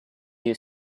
you